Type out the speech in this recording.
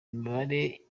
imibare